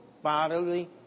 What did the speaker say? Bodily